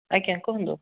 ଆଜ୍ଞା କୁହନ୍ତୁ